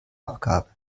abgabe